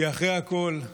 כי אחרי הכול,